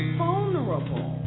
vulnerable